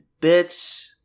bitch